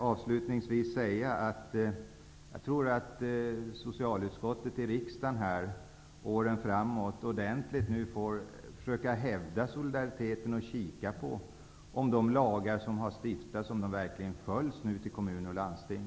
Avslutningsvis: Jag tror att socialutskottet under åren framöver får försöka att ordentligt hävda solidariteten och kika på om de lagar som stiftats verkligen följs i kommuner och landsting.